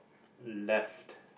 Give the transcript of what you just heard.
left